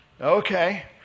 Okay